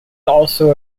also